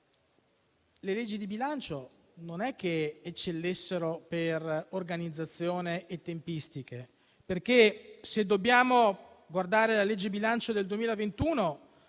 le leggi di bilancio non è che eccellessero per organizzazione e tempistiche. Se dobbiamo guardare alla legge di bilancio del 2021,